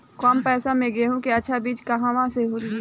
कम पैसा में गेहूं के अच्छा बिज कहवा से ली?